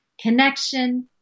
connection